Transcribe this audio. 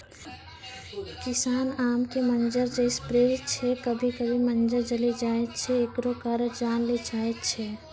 किसान आम के मंजर जे स्प्रे छैय कभी कभी मंजर जली जाय छैय, एकरो कारण जाने ली चाहेय छैय?